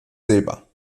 silber